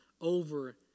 Over